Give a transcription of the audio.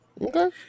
Okay